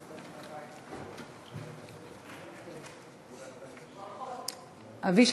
אבישי,